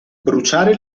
bruciare